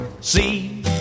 See